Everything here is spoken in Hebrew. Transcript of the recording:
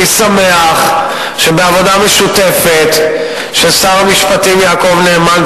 אני שמח שבעבודה משותפת של שר המשפטים יעקב נאמן,